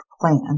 plan